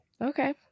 Okay